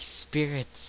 Spirits